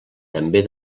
també